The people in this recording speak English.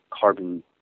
carbon